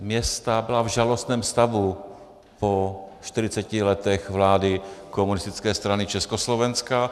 Města byla v žalostném stavu po 40 letech vlády Komunistické strany Československa.